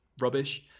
rubbish